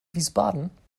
wiesbaden